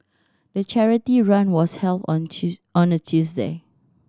the charity run was held on on a Tuesday